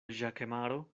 ĵakemaro